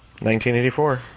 1984